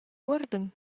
uorden